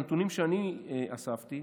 מהנתונים שאני אספתי,